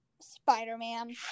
Spider-Man